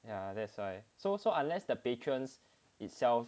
ya that's why so so unless the patrons itself